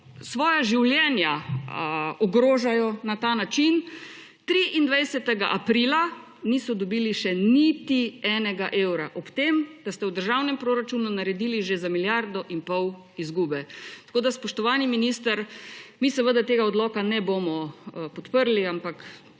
svoja življenja na ta način. 23. aprila niso dobili še niti enega evra, ob tem da ste v državnem proračunu naredili že za milijardo in pol izgube. Spoštovani minister, mi seveda tega odloka ne bomo podprli, ampak